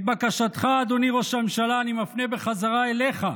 את בקשתך אני מפנה בחזרה אליך: